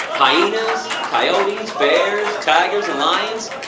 hyenas, coyotes, bears, tigers and lions,